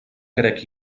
grec